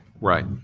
right